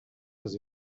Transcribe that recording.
does